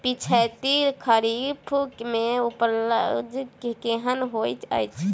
पिछैती खरीफ मे उपज केहन होइत अछि?